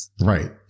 Right